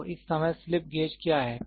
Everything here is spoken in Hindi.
तो इस समय स्लिप गेज क्या है